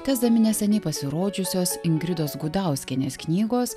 tęsdami neseniai pasirodžiusios ingridos gudauskienės knygos